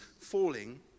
falling